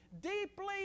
deeply